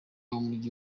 w’umujyi